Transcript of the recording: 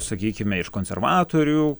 sakykime iš konservatorių